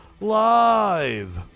live